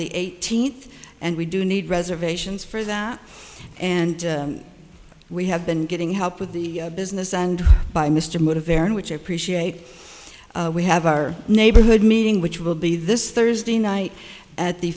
the eighteenth and we do need reservations for that and we have been getting help with the business and by mr moody veron which i appreciate we have our neighborhood meeting which will be this thursday night at the